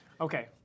okay